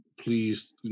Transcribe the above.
please